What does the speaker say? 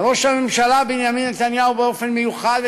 וראש הממשלה בנימין נתניהו באופן מיוחד,